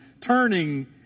turning